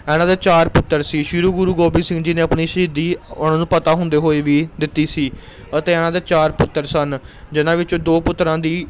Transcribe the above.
ਇਹਨਾਂ ਦੇ ਚਾਰ ਪੁੱਤਰ ਸੀ ਸ਼੍ਰੀ ਗੁਰੂ ਗੋਬਿੰਦ ਸਿੰਘ ਜੀ ਨੇ ਆਪਣੀ ਸ਼ਹੀਦੀ ਉਹਨਾਂ ਨੂੰ ਪਤਾ ਹੁੰਦੇ ਹੋਏ ਵੀ ਦਿੱਤੀ ਸੀ ਅਤੇ ਇਹਨਾਂ ਦੇ ਚਾਰ ਪੁੱਤਰ ਸਨ ਜਿਨ੍ਹਾਂ ਵਿੱਚੋਂ ਦੋ ਪੁੱਤਰਾਂ ਦੀ